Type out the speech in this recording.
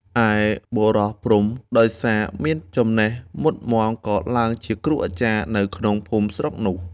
ឯបុរសព្រហ្ម ដោយសារមានចំណេះមុតមាំក៏ឡើងជាគ្រូអាចារ្យនៅក្នុងភូមិស្រុកនោះ។